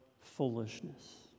foolishness